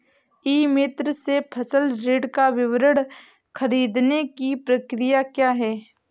ई मित्र से फसल ऋण का विवरण ख़रीदने की प्रक्रिया क्या है?